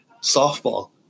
Softball